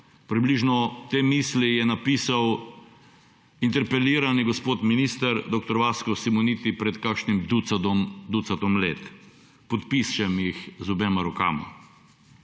Približno te misli je napisal interpelirani gospod minister dr. Vasko Simoniti pred kakšnim ducatom let. Podpišem jih z obema rokama.